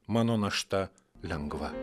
mano našta lengva